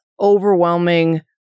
overwhelming